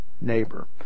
neighbor